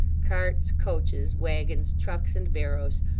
carts, coaches, waggons, trucks, and barrows,